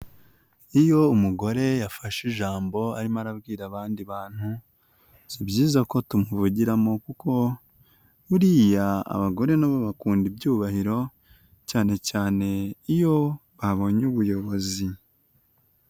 Iyo umugore yafashe ijambo arimo arabwira abandi bantu, si byiza ko tumuvugiramo kuko buriya abagore na bo bakunda ibyubahiro, cyane cyane iyo babonye ubuyobozi.